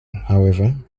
however